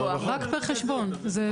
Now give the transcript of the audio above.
רק פר חשבון, זה ברור.